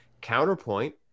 counterpoint